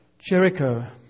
Jericho